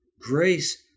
grace